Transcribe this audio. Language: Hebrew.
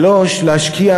3. להשקיע